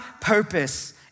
purpose